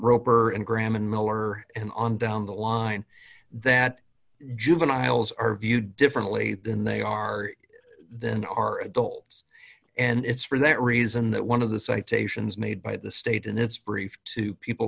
roper and graham and miller and on down the line that juveniles are viewed differently than they are than are adults and it's for that reason that one of the citations made by the state and its brief to people